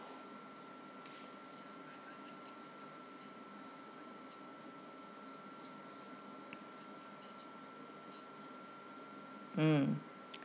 mm